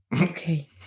Okay